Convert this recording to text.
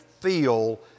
feel